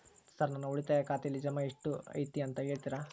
Sir ನನ್ನ ಉಳಿತಾಯ ಖಾತೆಯಲ್ಲಿ ಜಮಾ ಎಷ್ಟು ಐತಿ ಅಂತ ಹೇಳ್ತೇರಾ?